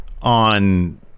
on